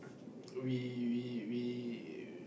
um we we we